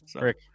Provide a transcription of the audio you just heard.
Rick